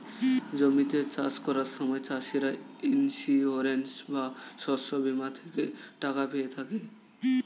জমিতে চাষ করার সময় চাষিরা ইন্সিওরেন্স বা শস্য বীমা থেকে টাকা পেয়ে থাকে